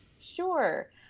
Sure